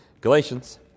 Galatians